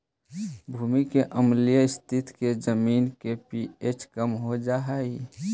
भूमि के अम्लीय स्थिति से जमीन के पी.एच कम हो जा हई